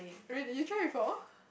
really you try before